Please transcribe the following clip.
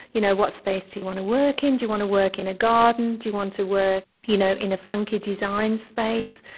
you know what space do you want to work in? do you want to work in a garden? do you want to work you know in a funky design space?